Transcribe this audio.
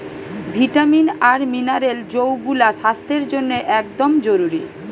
vitamin আর mineral যৌগুলা স্বাস্থ্যের জন্যে একদম জরুরি